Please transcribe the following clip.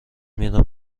میرم